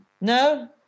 No